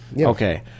Okay